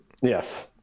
Yes